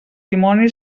dimoni